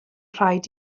rhaid